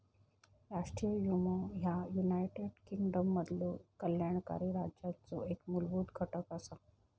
राष्ट्रीय विमो ह्या युनायटेड किंगडममधलो कल्याणकारी राज्याचो एक मूलभूत घटक असा